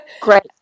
Great